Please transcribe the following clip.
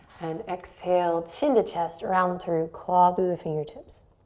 and exhale chin to chest, round through, claw through the fingertips.